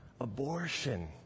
Abortion